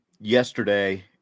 yesterday